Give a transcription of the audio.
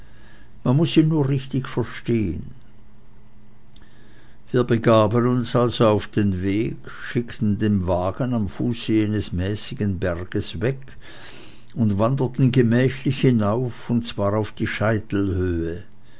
man muß ihn nur richtig verstehen wir begaben uns also auf den weg schickten den wagen am fuße jenes mäßigen berges weg und wanderten gemächlich hinauf und zwar auf die